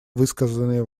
высказанные